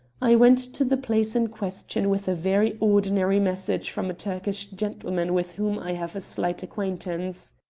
i went to the place in question with a very ordinary message from a turkish gentleman with whom i have a slight acquaintance.